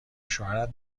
شوهرت